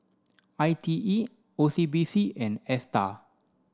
I T E O C B C and ASTAR